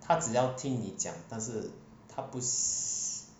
他只要听你讲但是他不 si~